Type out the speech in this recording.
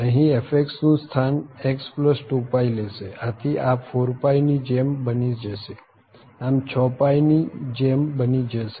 અહી f નું સ્થાન x2π લેશે આથી આ 4π ની જેમ બની જશે આ 6π ની જેમ બની જશે